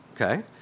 okay